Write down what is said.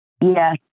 Yes